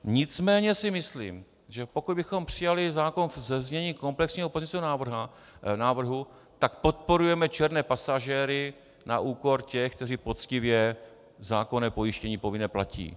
Nicméně si myslím, že pokud bychom přijali zákon ve znění komplexního pozměňujícího návrhu, tak podporujeme černé pasažéry na úkor těch, kteří poctivě zákonné pojištění povinné platí.